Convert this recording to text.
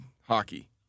hockey